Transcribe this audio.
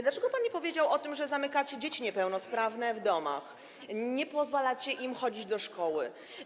Dlaczego pan nie powiedział o tym, że zamykacie dzieci niepełnosprawne w domach, nie pozwalacie im chodzić do szkoły?